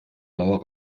blauer